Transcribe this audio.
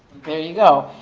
there you go.